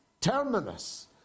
terminus